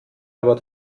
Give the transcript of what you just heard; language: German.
aber